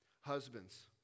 Husbands